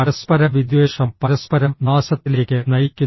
പരസ്പര വിദ്വേഷം പരസ്പരം നാശത്തിലേക്ക് നയിക്കുന്നു